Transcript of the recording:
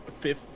Fifth